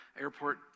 airport